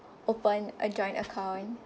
open a joint account